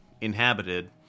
inhabited